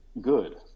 good